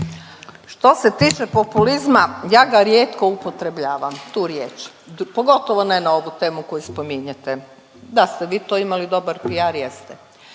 Što se tiče populizma, ja ga rijetko upotrebljavam, tu riječ, pogotovo ne na ovu temu koju spominjete. Da ste vi tu imali dobar PR jeste.